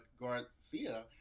Garcia